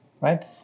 right